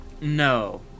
No